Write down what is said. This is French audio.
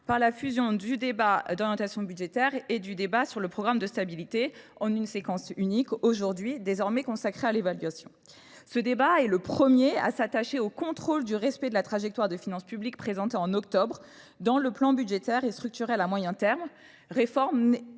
par la fusion du débat d'orientation budgétaire et du débat sur le programme de stabilité en une séquence unique aujourd'hui désormais consacrée à l'évaluation. Ce débat est le premier à s'attacher au contrôle du respect de la trajectoire de finances publiques présentée en octobre dans le plan budgétaire et structurel à moyen terme, né de la